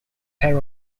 pair